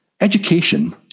education